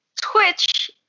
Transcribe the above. Twitch